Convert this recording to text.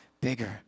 bigger